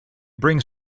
brings